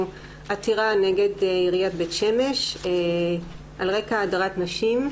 עתירה נגד עיריית בית שמש על רקע הדרת נשים.